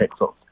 pixels